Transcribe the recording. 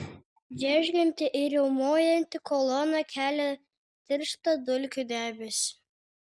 džeržgianti ir riaumojanti kolona kelia tirštą dulkių debesį